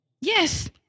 Yes